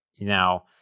Now